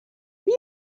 بیا